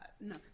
no